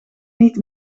niet